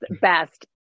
best